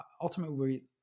ultimately